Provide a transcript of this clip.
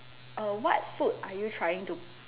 uh what food are you trying to